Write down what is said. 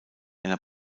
einer